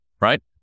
right